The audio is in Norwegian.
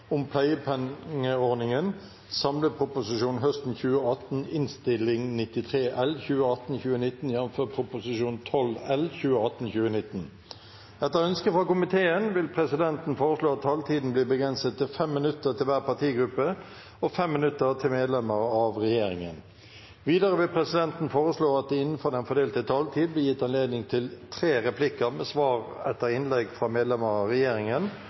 om ordet til sakene nr. 2 og 3. Etter ønske fra familie- og kulturkomiteen vil presidenten foreslå at taletiden blir begrenset til 3 minutter til hver partigruppe og 3 minutter til medlemmer av regjeringen. Videre vil presidenten foreslå at det – innenfor den fordelte taletid – blir gitt anledning til inntil tre replikker med svar etter innlegg fra medlemmer av regjeringen,